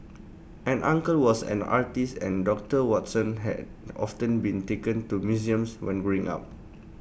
an uncle was an artist and doctor Watson had often been taken to museums when growing up